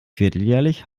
vierteljährlich